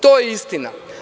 To je istina.